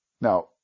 now